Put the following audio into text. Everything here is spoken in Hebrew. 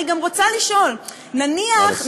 אני גם רוצה לשאול, נא לסיים.